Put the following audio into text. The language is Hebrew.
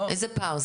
איזה פער זה?